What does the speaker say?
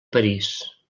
parís